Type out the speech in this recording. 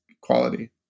quality